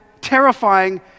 terrifying